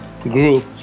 group